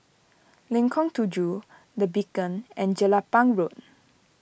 Lengkong Tujuh the Beacon and Jelapang Road